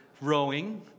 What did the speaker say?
rowing